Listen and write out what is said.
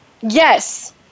Yes